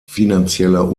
finanzieller